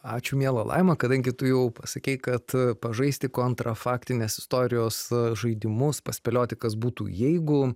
ačiū miela laima kadangi tu jau pasakei kad pažaisti kontrafaktinės istorijos žaidimus paspėlioti kas būtų jeigu